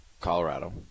Colorado